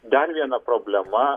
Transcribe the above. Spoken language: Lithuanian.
dar viena problema